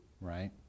right